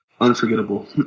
unforgettable